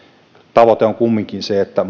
tavoite on kumminkin se että